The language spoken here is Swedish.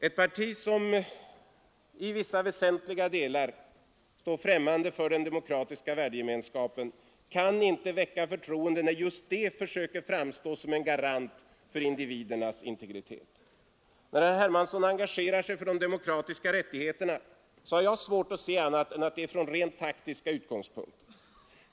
Ett parti som i vissa väsentliga delar står främmande för den demokratiska värdegemenskapen kan inte väcka förtroende när just det partiet försöker framstå som en garant för individernas integritet. När herr Hermansson engagerar sig för de demokratiska rättigheterna har jag svårt att se annat än att det är från rent taktiska utgångspunkter.